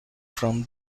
from